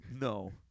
No